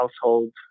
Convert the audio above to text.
households